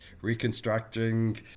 reconstructing